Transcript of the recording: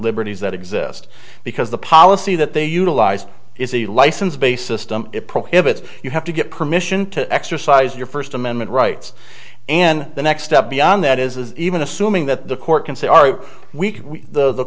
liberties that exist because the policy that they utilize is a license based system it prohibits you have to get permission to exercise your first amendment rights and the next step beyond that is even assuming that the court can say are we